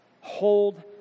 hold